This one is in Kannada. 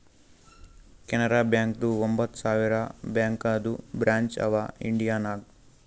ಕೆನರಾ ಬ್ಯಾಂಕ್ದು ಒಂಬತ್ ಸಾವಿರ ಬ್ಯಾಂಕದು ಬ್ರ್ಯಾಂಚ್ ಅವಾ ಇಂಡಿಯಾ ನಾಗ್